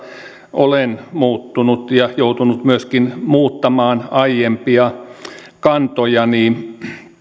olen muuttunut ja joutunut myöskin muuttamaan aiempia kantojani